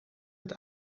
het